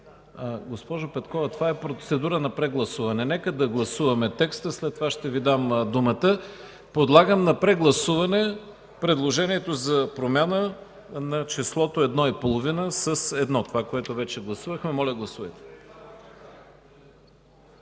Госпожо Петкова, това е процедура на прегласуване. Нека да гласуваме текста и след това ще Ви дам думата. Подлагам на прегласуване предложението за промяна на числото „1,5” с „1” – това, което вече гласувахме. Моля, гласувайте.